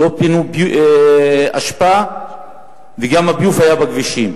לא פינו אשפה וגם הביוב היה בכבישים.